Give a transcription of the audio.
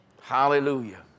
Hallelujah